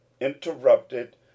interrupted